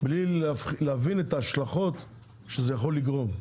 בלי להבין את ההשלכות שזה יכול לגרום.